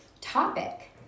topic